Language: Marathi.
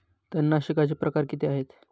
तणनाशकाचे प्रकार किती आहेत?